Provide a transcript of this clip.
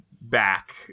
back